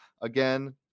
again